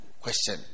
question